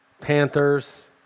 Panthers